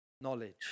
knowledge